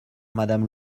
madame